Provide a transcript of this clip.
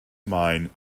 mine